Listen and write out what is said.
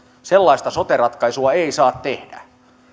sellaista sote ratkaisua ei saa tehdä